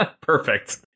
Perfect